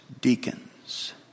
deacons